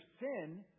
sin